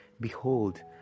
behold